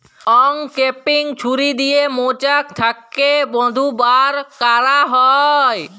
uncapping ছুরি দিয়ে মোচাক থ্যাকে মধু ব্যার ক্যারা হয়